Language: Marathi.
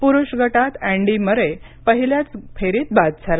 प्रुष गटात अँडी मरे पहिल्याच फेरीत बाद झाला